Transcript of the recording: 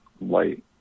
light